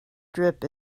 drip